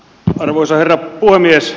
arvoisa herra puhemies